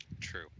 True